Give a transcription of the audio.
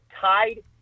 tied